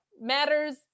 matters